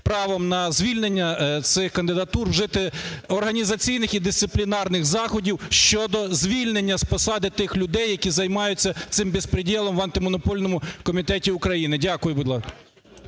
правом на звільнення цих кандидатур, вжити організаційних і дисциплінарних заходів щодо звільнення з посади тих людей, які займаються цимбеспределом в Антимонопольному комітеті України. Дякую.